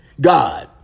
God